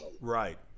Right